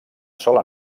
sola